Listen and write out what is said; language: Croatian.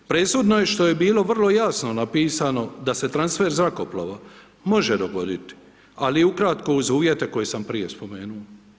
Presudno je što je bilo vrlo jasno napisano da se transfer zrakoplova može dogoditi ali ukratko uz uvjete koje sam prije spomenuo.